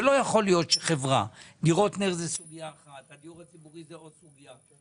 דירות נ"ר זה סוגיה אחת והדיור הציבורי זה עוד סוגיה.